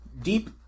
deep